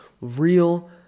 real